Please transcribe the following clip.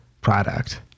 product